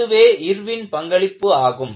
இதுவே இர்வின் பங்களிப்பு ஆகும்